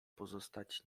pozostać